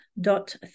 dot